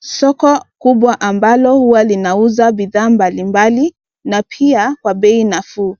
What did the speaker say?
Soko kubwa ambalo huwa linauza bidhaa mbalimbali na pia kwa bei nafuu.